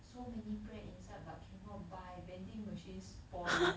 so many bread inside but cannot buy vending machine spoil